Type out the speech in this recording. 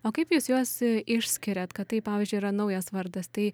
o kaip jūs juos išskiriat kad tai pavyzdžiui yra naujas vardas tai